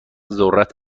ذرت